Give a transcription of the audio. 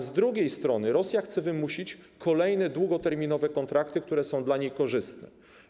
Z drugiej strony Rosja chce wymusić kolejne długoterminowe kontrakty, które są dla niej korzystne.